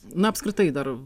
na apskritai dar